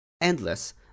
endless